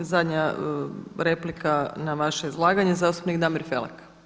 I zadnja replika na vaše izlaganje zastupnik Damir Felak.